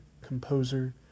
composer